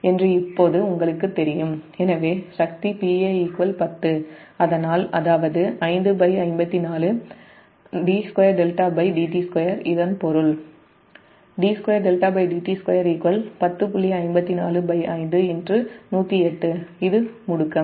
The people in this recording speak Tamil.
என்று இப்போது உங்களுக்குத் தெரியும் எனவே சக்தி Pa 10 அதனால் இதன் பொருள் elect degreesec2 இது முடுக்கம்